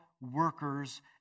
workers